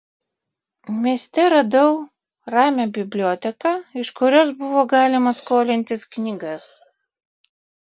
mieste radau ramią biblioteką iš kurios buvo galima skolintis knygas